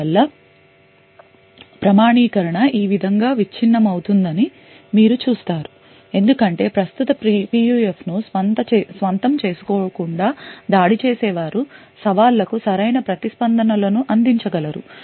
అందువల్ల ప్రామాణీకరణ ఈ విధంగా విచ్ఛిన్నమవుతుందని మీరు చూస్తారు ఎందుకంటే ప్రస్తుత PUF ను స్వంతం చేసుకోకుండా దాడి చేసేవారు సవాళ్లకు సరైన ప్రతిస్పందనలను అందించగలరు